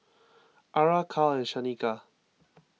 Ara Cal and Shanika